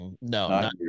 No